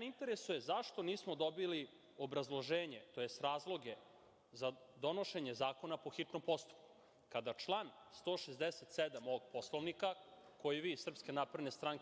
interesuje zašto nismo dobili obrazloženje, tj. razloge za donošenje zakona po hitnom postupku, kada član 167. ovog Poslovnika, koji vi iz SNS